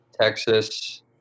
Texas